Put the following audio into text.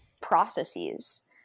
processes